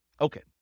Okay